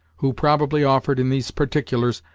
who probably offered in these particulars,